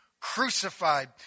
crucified